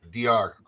DR